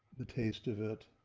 the taste of it,